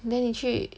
then 你去